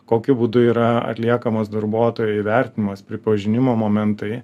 kokiu būdu yra atliekamas darbuotojų įvertinimas pripažinimo momentai